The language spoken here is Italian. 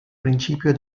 principio